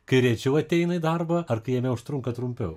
kai rečiau ateina į darbą ar kai jame užtrunka trumpiau